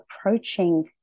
approaching